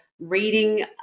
reading